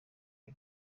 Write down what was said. y’u